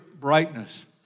brightness